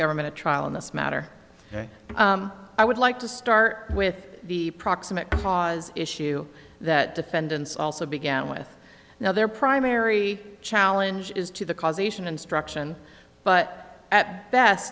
government a trial in this matter i would like to start with the proximate cause issue that defendants also began with now their primary challenge is to the causation instruction but